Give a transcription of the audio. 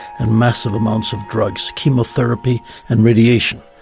and mass of amounts of drugs, chemotherapy and radiation.